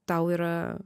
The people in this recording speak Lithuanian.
tau yra